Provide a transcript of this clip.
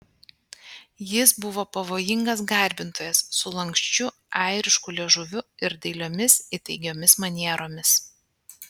jis buvo pavojingas garbintojas su lanksčiu airišku liežuviu ir dailiomis įtaigiomis manieromis